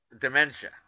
dementia